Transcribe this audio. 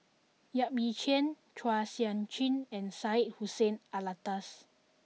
Yap Ee Chian Chua Sian Chin and Syed Hussein Alatas